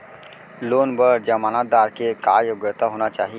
Loan बर जमानतदार के का योग्यता होना चाही?